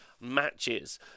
matches